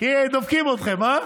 כי דופקים אתכם, מה?